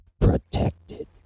protected